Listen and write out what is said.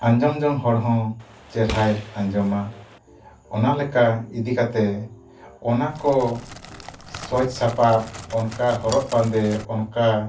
ᱟᱸᱡᱚᱢ ᱡᱚᱝ ᱦᱚᱲ ᱦᱚᱸ ᱪᱮᱨᱦᱟᱭ ᱟᱸᱡᱚᱢᱟ ᱚᱱᱟ ᱞᱮᱠᱟ ᱤᱫᱤ ᱠᱟᱛᱮᱫ ᱚᱱᱟ ᱠᱚ ᱥᱚᱡᱽ ᱥᱟᱯᱟᱯ ᱚᱱᱠᱟ ᱦᱚᱨᱚᱜ ᱵᱟᱫᱮ ᱚᱱᱠᱟ